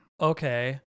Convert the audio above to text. Okay